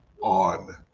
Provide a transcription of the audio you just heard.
on